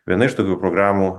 viena iš tokių programų